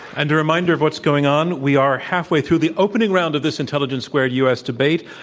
and reminder of what's going on. we are halfway through the opening round of this intelligence squared u. s. debate.